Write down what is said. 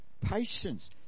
patience